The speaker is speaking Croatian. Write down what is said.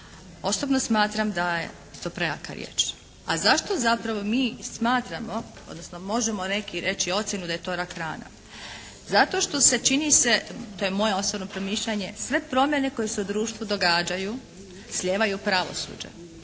osobno smatram da je to prejaka riječ. A zašto zapravo mi smatramo, odnosno možemo neki reći ocjenu da je to rak rana? Zato što se čini se, to je moje osobno promišljanje, sve promjene koje se u društvu događaju slijevaju pravosuđe.